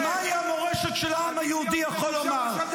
הם בוכים שהם לא הצליחו להרוג אותנו.